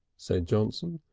said johnson,